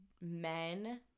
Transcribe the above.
men